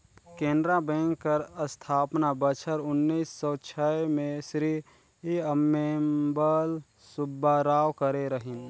Canara bank कर अस्थापना बछर उन्नीस सव छय में श्री अम्मेम्बल सुब्बाराव करे रहिन